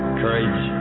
courage